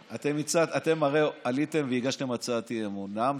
שתבדוק, ואני